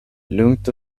lugnt